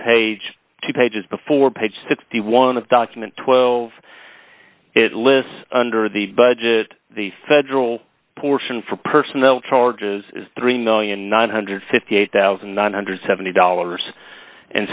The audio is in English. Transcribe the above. page two pages before page sixty one dollars of document twelve it lists under the budget the federal portion for personal charges is three million nine hundred and fifty eight thousand nine hundred and seventy dollars and